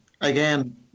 again